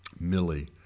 Millie